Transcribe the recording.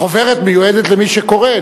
החוברת מיועדת למי שקורא.